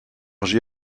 j’ai